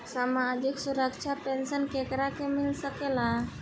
सामाजिक सुरक्षा पेंसन केकरा के मिल सकेला?